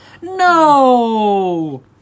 no